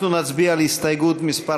אנחנו נצביע על הסתייגות מס'